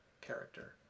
character